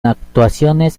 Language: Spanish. actuaciones